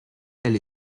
elle